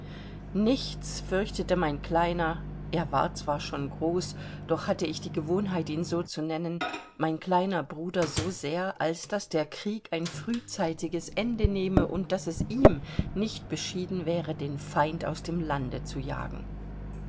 nichts fürchtete mein kleiner er war zwar schon groß doch hatte ich die gewohnheit ihn so zu nennen mein kleiner bruder so sehr als daß der krieg ein frühzeitiges ende nehme und daß es ihm nicht beschieden wäre den feind aus dem land zu jagen